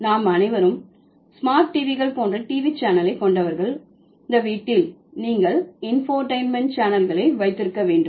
நாம் அனைவரும் ஸ்மார்ட் டிவிகள் போன்ற டிவி சேனலை கொண்டவர்கள் அந்த வீட்டில் நீங்கள் இன்ஃபோடெயின்மென்ட் சேனல்களை வைத்திருக்க வேண்டும்